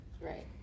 Right